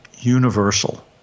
universal